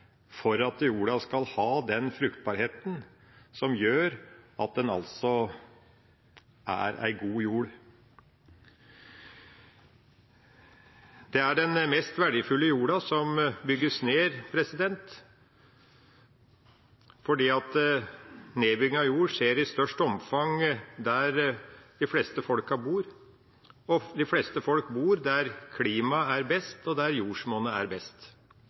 for at jorda skal ha den fruktbarheten som gjør at den er god jord. Det er den mest verdifulle jorda som bygges ned. Det er fordi nedbygging av jord i størst omfang skjer der de fleste bor. Folk flest bor der klimaet er best, og der jordsmonnet er best.